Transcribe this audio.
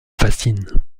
fascine